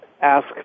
ask